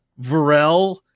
Varel